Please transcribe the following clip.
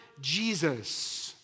Jesus